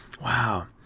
Wow